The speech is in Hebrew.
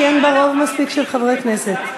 כי אין לה רוב מספיק של חברי כנסת.